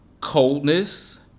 coldness